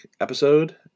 episode